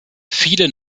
viele